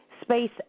space